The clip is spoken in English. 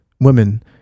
women